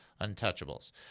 Untouchables